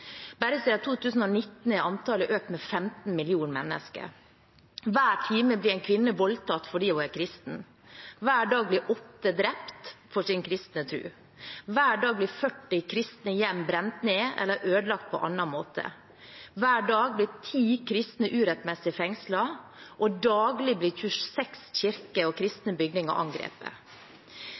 Bare siden 2019 er antallet økt med 15 millioner mennesker. Hver time blir en kvinne voldtatt fordi hun er kristen. Hver dag blir 8 drept for sin kristne tro. Hver dag blir 40 kristne hjem brent ned eller ødelagt på annen måte. Hver dag blir 10 kristne urettmessig fengslet, og daglig blir 26 kirker og kristne bygninger angrepet. Kristelig Folkeparti har vært uttalt motstander av